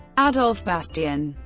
adolf bastian,